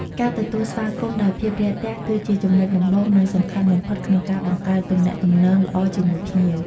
ការទទួលស្វាគមន៍ដោយភាពរាក់ទាក់គឺជាចំណុចដំបូង និងសំខាន់បំផុតក្នុងការបង្កើតទំនាក់ទំនងល្អជាមួយភ្ញៀវ។